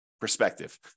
Perspective